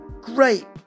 great